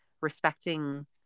respecting